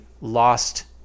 lost